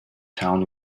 town